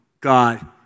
God